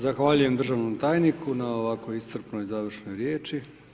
Zahvaljujem državnom tajniku na ovako iscrpnoj završnoj riječi.